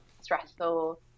stressful